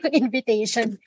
invitation